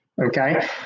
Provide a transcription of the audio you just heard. Okay